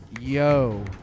yo